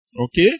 Okay